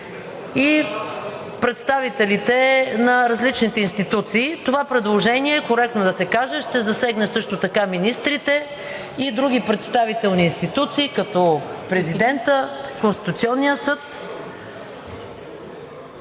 и представителите на различните институции. Това предложение, коректно е да се каже, ще засегне също така министрите и други представителни институции, като президента, Конституционния съд.